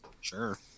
Sure